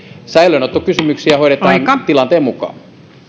säilöönottokysymyksiä hoidetaan tilanteen mukaan